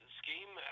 scheme